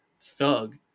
thug